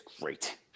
great